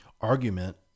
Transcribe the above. argument